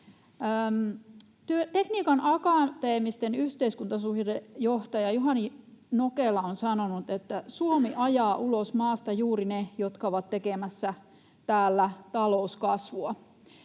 Tekniikan akateemisten yhteiskuntasuhdejohtaja Juhani Nokela on sanonut, että Suomi ajaa ulos maasta juuri ne, jotka ovat tekemässä täällä talouskasvua.